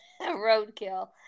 roadkill